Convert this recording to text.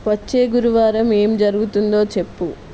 వచ్చే గురువారం ఏం జరుగుతుందో చెప్పు